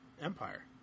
Empire